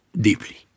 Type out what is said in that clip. deeply